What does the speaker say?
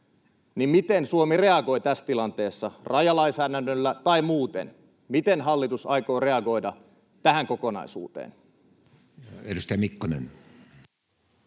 miten Suomi reagoi tässä tilanteessa, rajalainsäädännöllä tai muuten. Miten hallitus aikoo reagoida tähän kokonaisuuteen? Edustaja Mikkonen.